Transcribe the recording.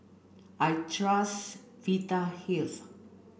I trust Vitahealth